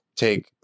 take